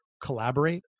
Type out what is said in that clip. collaborate